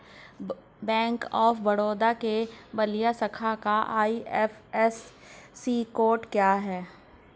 Bank of Baroda के बलिया शाखा का आई.एफ.एस.सी कोड क्या है?